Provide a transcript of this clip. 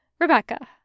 Rebecca